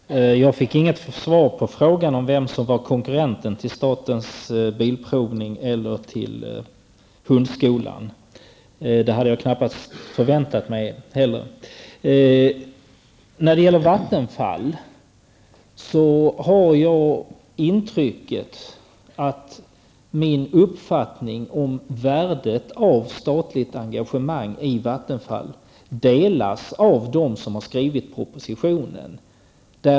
Herr talman! Jag fick inget svar på frågan om vem som var konkurrent till statens bilprovning eller till hundskolan, men det hade jag knappast heller förväntat mig. Jag har intrycket att min uppfattning om värdet av statligt ägande i Vattenfall delas av dem som har skrivit propositionen.